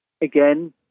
again